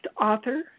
author